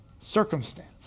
circumstance